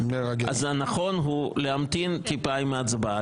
אז הנכון הוא להמתין טיפה עם ההצבעה,